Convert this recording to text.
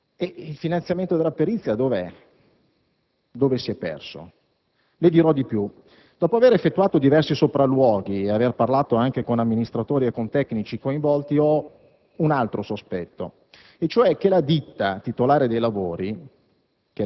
Il finanziamento della perizia dov'è? Dove si è perso? Le dirò di più. Dopo avere effettuato diversi sopralluoghi e aver parlato anche con amministratori e tecnici coinvolti, ho un altro sospetto, e cioè che la ditta titolare dei lavori,